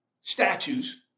statues